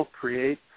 create